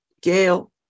Gail